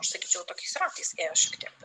aš sakyčiau tokiais ratais ėmė švytėti